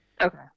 Okay